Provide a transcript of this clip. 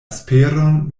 esperon